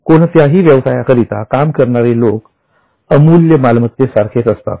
कोणत्याही व्यवसायाकरिता काम करणारे लोक अमूल्य मालमत्तेसारखेच असतात